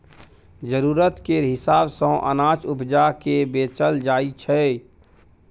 जरुरत केर हिसाब सँ अनाज उपजा केँ बेचल जाइ छै